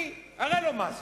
אני אראה לו מה זה,